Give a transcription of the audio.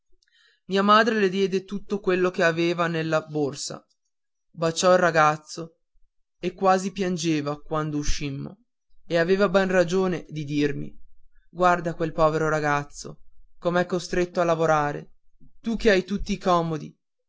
mia madre le diede tutto quello che aveva nella borsa baciò il ragazzo e quasi piangeva quando uscimmo e aveva ben ragione di dirmi guarda quel povero ragazzo com'è costretto a lavorare tu che hai tutti i tuoi comodi